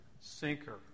sinker